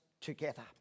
together